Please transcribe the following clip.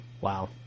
Wow